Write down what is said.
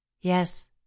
yes